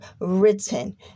written